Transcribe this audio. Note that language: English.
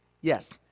Yes